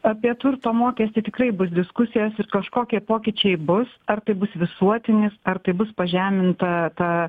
apie turto mokestį tikrai bus diskusijos ir kažkokie pokyčiai bus ar tai bus visuotinis ar tai bus pažeminta ta